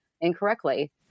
incorrectly